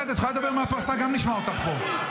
את יכולה לדבר מהפרסה, גם נשמע אותך פה.